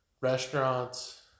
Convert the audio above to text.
restaurants